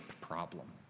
problem